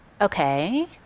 Okay